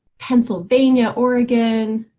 pennsylvania, oregon.